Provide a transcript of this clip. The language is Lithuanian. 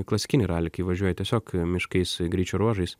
klasikinį ralį kai važiuoji tiesiog miškais greičio ruožais